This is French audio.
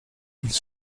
ils